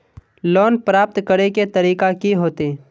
Loan प्राप्त करे के तरीका की होते?